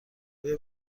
آیا